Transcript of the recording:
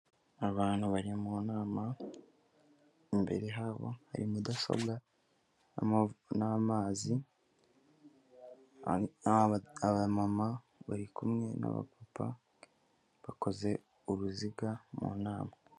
Abantu bari mu nama, imbere habo hari mudasobwa n'amazi, abamama bari kumwe n'abapapa, bakoze uruziga mu nama.